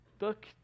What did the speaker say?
Look